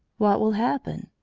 what will happen?